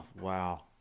wow